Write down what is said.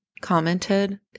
commented